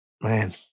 Man